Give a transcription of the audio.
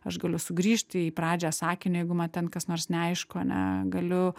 aš galiu sugrįžti į pradžią sakinio jeigu man ten kas nors neaišku ane galiu